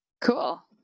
Cool